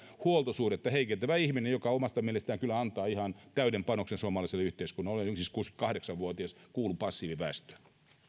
huoltosuhdetta heikentävä ihminen joka omasta mielestään kyllä antaa ihan täyden panoksen suomalaiselle yhteiskunnalle olen siis kuusikymmentäkahdeksan vuotias kuulun passiiviväestöön